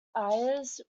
ayers